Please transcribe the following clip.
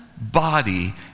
body